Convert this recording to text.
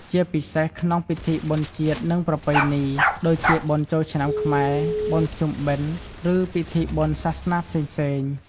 ជាពិសេសក្នុង ពិធីបុណ្យជាតិ និងប្រពៃណី ដូចជា បុណ្យចូលឆ្នាំខ្មែរ បុណ្យភ្ជុំបិណ្ឌ ឬពិធីបុណ្យសាសនាផ្សេងៗ។